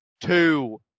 two